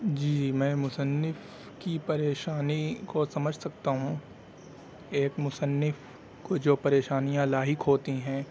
جی میں مصنف کی پریشانی کو سمجھ سکتا ہوں ایک مصنف کو جو پریشانیاں لاحق ہوتی ہیں